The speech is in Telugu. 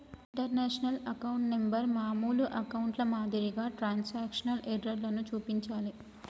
ఇంటర్నేషనల్ అకౌంట్ నంబర్ మామూలు అకౌంట్ల మాదిరిగా ట్రాన్స్క్రిప్షన్ ఎర్రర్లను చూపించలే